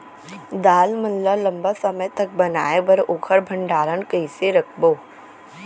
दाल मन ल लम्बा समय तक बनाये बर ओखर भण्डारण कइसे रखबो?